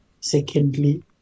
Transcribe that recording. secondly